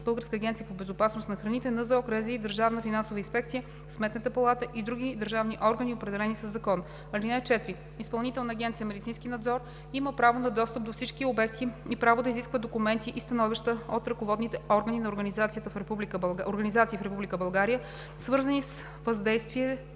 Българската агенция по безопасност на храните, НЗОК, РЗИ, Държавната финансова инспекция, Сметната палата и други държавни органи, определени със закон. (4) Изпълнителна агенция „Медицински надзор“ има право на достъп до всички обекти и право да изисква документи и становища от ръководните органи на организации в Република България, свързани с въздействие